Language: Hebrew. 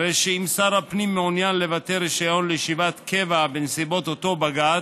הרי שאם שר הפנים מעוניין לבטל רישיון לישיבת קבע בנסיבות אותו בג"ץ,